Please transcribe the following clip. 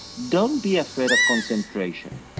don't be afraid of concentration.